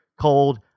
cold